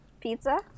Pizza